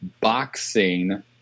boxing